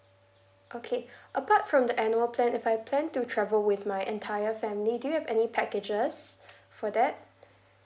okay apart from the annual plan if I plan to travel with my entire family do you have any packages for that